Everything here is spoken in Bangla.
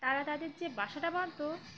তারা তাদের যে বাসাটা বাঁধত